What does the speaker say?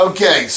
Okay